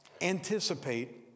anticipate